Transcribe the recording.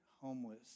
homeless